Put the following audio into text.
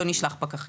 לא נשלח פקחים.